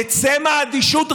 נצא מהאדישות,